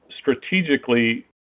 strategically